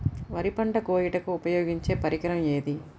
వరి పంట కోయుటకు ఉపయోగించే పరికరం ఏది?